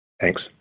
thanks